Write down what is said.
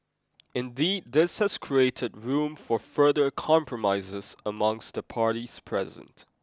indeed this has created room for further compromises amongst the parties present